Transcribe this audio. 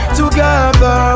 together